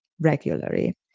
regularly